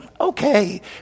Okay